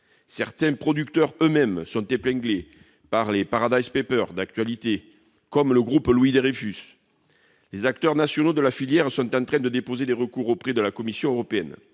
Certains producteurs eux-mêmes sont épinglés par les « Paradise papers », qui font l'actualité, comme le groupe Louis-Dreyfus. Les acteurs nationaux de la filière sont en train de déposer des recours auprès de la Commission européenne.